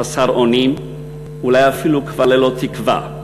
חסר אונים, אולי אפילו כבר ללא תקווה,